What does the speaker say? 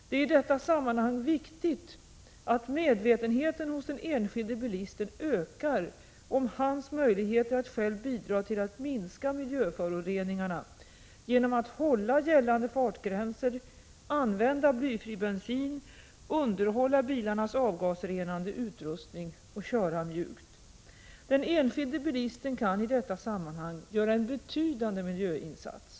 Det är i detta sammanhang viktigt att medvetenheten hos den enskilde bilisten ökar om hans möjligheter att själv bidra till att minska miljöföroreningarna genom att hålla gällande fartgränser, använda blyfri bensin, underhålla bilarnas avgasrenande utrustning och köra mjukt. Den enskilde bilisten kan i detta sammanhang göra en betydande miljöinsats.